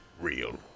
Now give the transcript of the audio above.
real